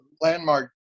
landmark